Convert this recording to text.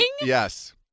Yes